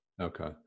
Okay